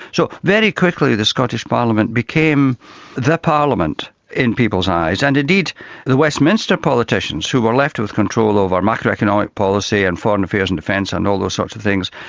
so very quickly the scottish parliament became the parliament in people's eyes, and indeed the westminster politicians who were left with control over macroeconomic policy and foreign affairs and defence and all those sorts of things,